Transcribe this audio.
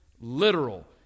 literal